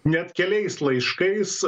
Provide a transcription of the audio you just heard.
net keliais laiškais